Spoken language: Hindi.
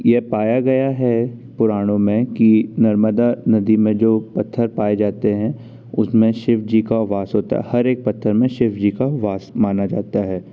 यह पाया गया है पुराणों में कि नर्मदा नदी में जो पत्थर पाए जाते हैं उसमें शिव जी का वास होता हर एक पथर में शिव जी का वास माना जाता है